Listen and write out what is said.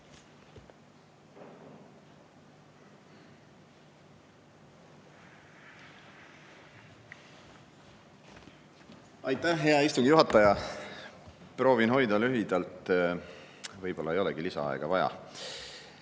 Aitäh, hea istungi juhataja! Proovin teha lühidalt, võib-olla ei olegi lisaaega vaja.